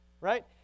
right